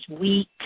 weak